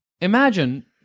imagine